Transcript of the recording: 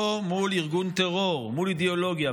לא מול ארגון טרור, מול אידיאולוגיה.